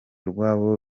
rwabo